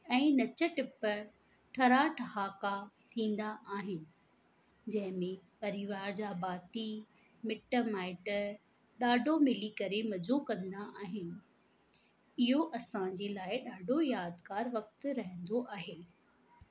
ऐं नच टिप ठरा ठहाका थींदा आहिनि जंहिंमें परिवार जा भाती मिट माइट ॾाढो मिली करे मजो कंडा आहिनि इहो असांजे लाए ॾाढो यादगारु वक़्तु रहंदो आहे